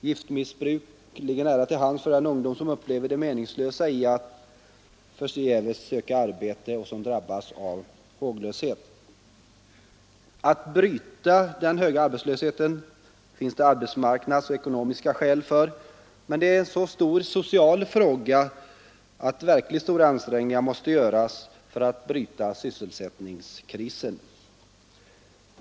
Giftmissbruk ligger nära till hands för den ungdom som upplever det meningslösa i att förgäves söka arbete och som därför drabbas av håglöshet. Att bryta utvecklingen mot den allt högre arbetslösheten finns det arbetsmarknadsskäl och ekonomiska skäl för, men det är också en så stor social fråga att verkligt stora ansträngningar måste göras för att komma till rätta med sysselsättningskrisen.